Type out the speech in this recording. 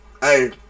Hey